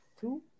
Two